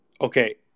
Okay